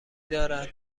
دارد